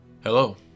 Hello